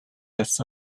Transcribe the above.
this